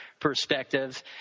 Perspective